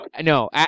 No